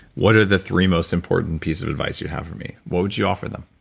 what are the three most important pieces of advice you have for me? what would you offer them?